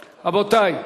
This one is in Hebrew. רבותי,